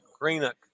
Greenock